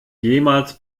jemals